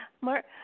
Mark